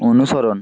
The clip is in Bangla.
অনুসরণ